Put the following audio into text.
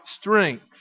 strength